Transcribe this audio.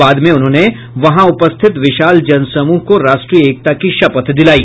बाद में उन्होंने वहां उपस्थित विशाल जनसमूह को राष्ट्रीय एकता की शपथ दिलाई